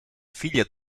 figlia